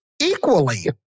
equally